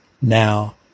now